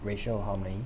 racial harmony